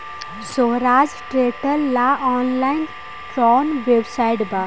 सोहराज tractor ला online कोउन website बा?